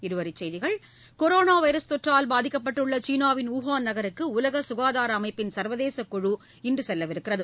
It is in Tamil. இருவரிச் செய்திகள் கொரானா வைரஸ் தொற்றால் பாதிக்கப்பட்டுள்ள சீனாவின் வூகான் நகருக்கு உலக சுகாதார அமைப்பின் சர்வதேச குழு இன்று செல்லவுள்ளது